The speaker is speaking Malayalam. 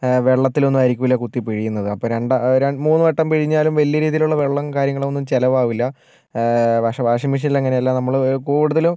വെള്ളത്തിലൊന്നും ആയിരിക്കൂല്ല കുത്തിപ്പിഴിയുന്നത് അപ്പോൾ രണ്ട് മൂന്ന് വട്ടം പിഴിഞ്ഞാലും വലിയ രീതിയിലുള്ള വെള്ളം കാര്യങ്ങളൊന്നും ചിലവാവില്ല പക്ഷേ വാഷിംഗ് മിഷീനിലങ്ങനല്ല നമ്മൾ കൂടുതലും